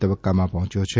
તબક્કામાં પહોંચ્યો છે